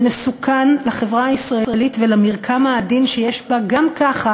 זה מסוכן לחברה הישראלית ולמרקם העדין גם ככה